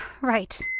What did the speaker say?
Right